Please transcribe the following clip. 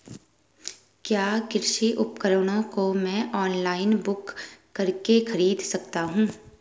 क्या कृषि उपकरणों को मैं ऑनलाइन बुक करके खरीद सकता हूँ?